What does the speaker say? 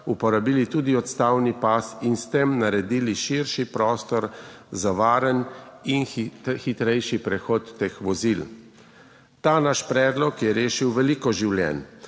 uporabili tudi odstavni pas in s tem naredili širši prostor za varen in hitrejši prehod teh vozil. Ta naš predlog, je rešil veliko življenj.